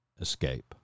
escape